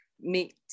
meet